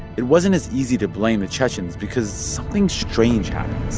it wasn't as easy to blame the chechens because something strange happened